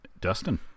Dustin